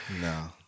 No